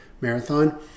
marathon